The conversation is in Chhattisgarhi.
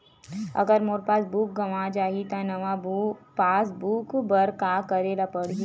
अगर मोर पास बुक गवां जाहि त नवा पास बुक बर का करे ल पड़हि?